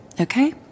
Okay